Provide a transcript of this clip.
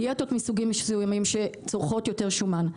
דיאטות מסוגים מסוימים שצורכות יותר שומן.